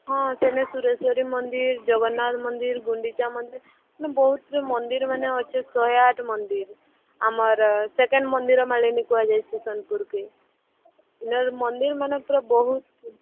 ହଁ ସେନେ ସୁରେଶ୍ଵରି ମନ୍ଦିର୍ ଜଗନ୍ନାଥ ମନ୍ଦିର୍ ଗୁଣ୍ଡିଚା ମନ୍ଦିର୍ ବହୁତ ସାରା ମାନେ ଅଛି ଶହେ ଆଠ ମନ୍ଦିର୍ ଆମର୍ ସେକେଣ୍ଡ ମନ୍ଦିର୍ ମାଳିନୀ କୁହାଯାଇଛି ସୋନପୁର କେ ମନ୍ଦିର ମାନକର ବହୁତ୍